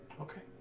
okay